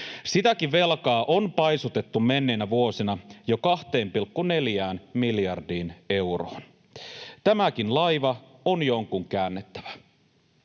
Sitäkin velkaa on paisutettu menneinä vuosina jo 2,4 miljardiin euroon. Tämäkin laiva on jonkun käännettävä.